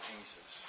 Jesus